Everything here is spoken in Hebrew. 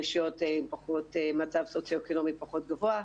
רשויות עם מצב סוציו-אקונומי פחות גבוה,